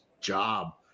job